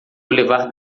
levar